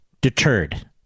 deterred